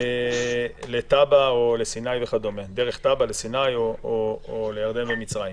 דרך טאבה לסיני, לירדן או למצריים.